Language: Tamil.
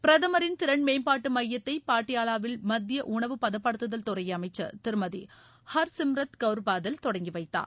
பிரதமரின் திறன் மேம்பாட்டு மையத்தை பாட்டியாலாவில் மத்திய உணவு பதப்படுத்துதல் துறை அமைச்சர் திருமதி ஹர்சிம்ரத் கவுர் பாதல் தொடங்கி வைத்தார்